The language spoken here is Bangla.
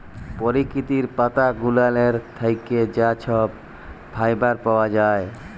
পরকিতির পাতা গুলালের থ্যাইকে যা ছব ফাইবার পাউয়া যায়